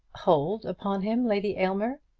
hold upon him, lady aylmer!